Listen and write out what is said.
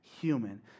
human